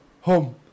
Home